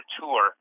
tour